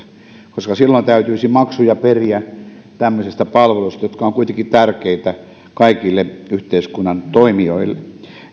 koska silloin täytyisi maksuja periä tämmöisistä palveluista jotka ovat kuitenkin tärkeitä kaikille yhteiskunnan toimijoille